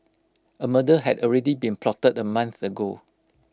A murder had already been plotted A month ago